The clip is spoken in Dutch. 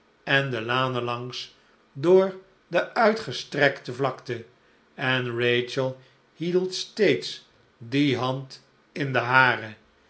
en de lanen langs door de uitgestrekte vlakte en eachel hield steeds die hand in de hare